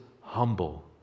humble